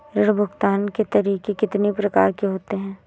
ऋण भुगतान के तरीके कितनी प्रकार के होते हैं?